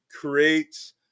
creates